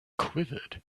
quivered